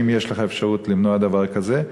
והאם יש לך אפשרות למנוע דבר כזה.